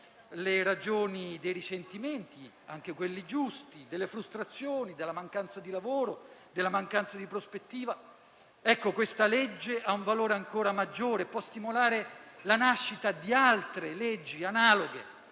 le ragioni dei risentimenti (anche quelli giusti), delle frustrazioni, della mancanza di lavoro, della mancanza di prospettiva, questa legge ha un valore ancora maggiore. Essa può stimolare la nascita di altre leggi analoghe